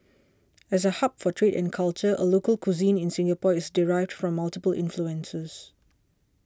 as a hub for trade and culture local cuisine in Singapore is derived from multiple influences